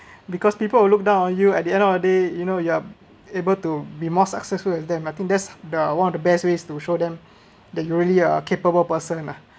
because people will look down on you at the end of the day you know you're able to be more successful than them I think that's the one of the best way to show them that you really a capable person ah